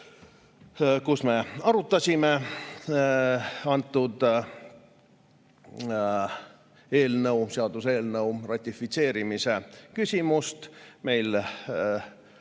kus me arutasime selle seaduseelnõu ratifitseerimise küsimust.